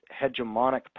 hegemonic